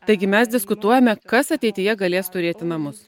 taigi mes diskutuojame kas ateityje galės turėti namus